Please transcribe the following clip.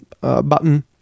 button